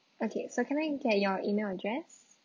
okay so can I get your email address